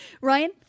Ryan